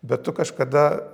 bet tu kažkada